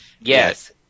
Yes